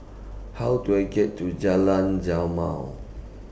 How Do I get to Jalan Jamal